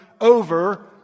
over